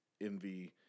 envy